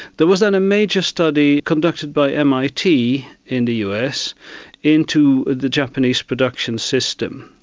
there was then a major study conducted by mit in the us into the japanese production system.